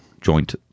Joint